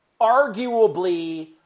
arguably